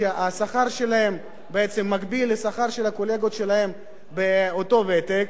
שבו השכר שלהם בעצם מקביל לשכר של הקולגות שלהם באותו ותק,